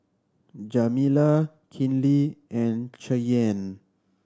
Jamila Kinley and Cheyenne